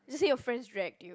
just say your friends react to you